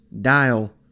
Dial